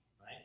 right